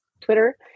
Twitter